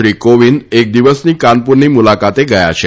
શ્રી કોવિંદ એક દિવસની કાનપુરની મુલાકાતે ગયા છે